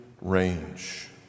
range